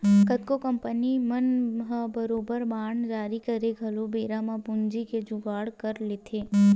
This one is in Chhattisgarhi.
कतको कंपनी मन ह बरोबर बांड जारी करके घलो बेरा म पूंजी के जुगाड़ कर लेथे